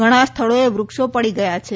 ઘણા સ્થળોએ વૃક્ષો પડી ગયા છે